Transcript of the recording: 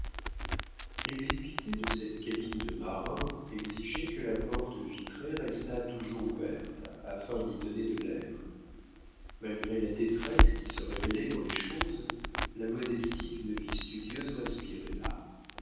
l'exiguïté de cette cabine de marin exigeait que la porte vitrée restât toujours ouverte afin d'y donner de l'air malgré la détresse qui se révélait dans les choses la modestie d'une vie studieuse respirait là